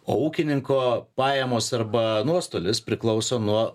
o ūkininko pajamos arba nuostolis priklauso nuo